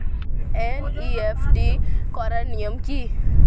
NEFT করার নিয়ম কী?